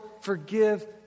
forgive